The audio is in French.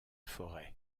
forêts